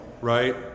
right